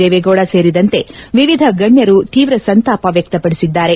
ದೇವೇಗೌಡ ಸೇರಿದಂತೆ ವಿವಿಧ ಗಣ್ಣರು ತೀವ್ರ ಸಂತಾಪ ವ್ಯಕ್ತಪಡಿಸಿದ್ದಾರೆ